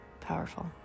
powerful